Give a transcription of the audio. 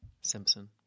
Simpson